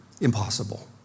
Impossible